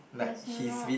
he's not